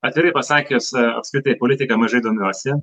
atvirai pasakius apskritai politika mažai domiuosi